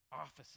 offices